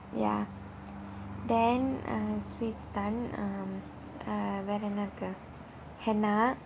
ya then uh sweets done um வேறு என்ன இருக்கு:veru enna irukku henna